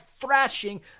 thrashing